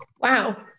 Wow